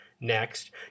Next